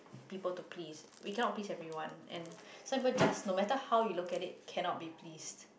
people to please we cannot please everyone and some people just no matter how you look at it cannot be please